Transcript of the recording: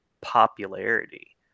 popularity